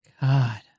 God